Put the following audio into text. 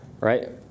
right